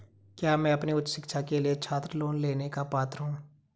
क्या मैं अपनी उच्च शिक्षा के लिए छात्र लोन लेने का पात्र हूँ?